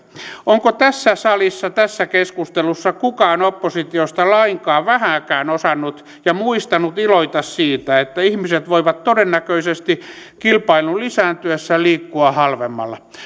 onko tässä salissa tässä keskustelussa kukaan oppositiosta lainkaan vähääkään osannut ja muistanut iloita siitä että ihmiset voivat todennäköisesti kilpailun lisääntyessä liikkua halvemmalla